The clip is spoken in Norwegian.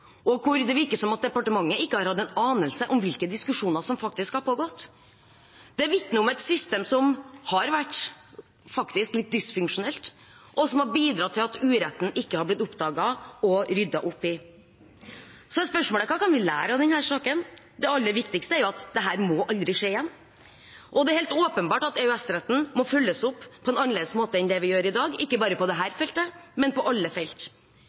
hvor det virker som om departementet ikke har hatt en anelse om hvilke diskusjoner som faktisk har pågått. Det vitner om et system som faktisk har vært litt dysfunksjonelt, og som har bidratt til at uretten ikke har blitt oppdaget og ryddet opp i. Så er spørsmålet: Hva kan vi lære av denne saken? Det aller viktigste er at dette aldri må skje igjen. Og det er helt åpenbart at EØS-retten må følges opp på en annerledes måte enn det vi gjør i dag, ikke bare på dette feltet, men på alle felt.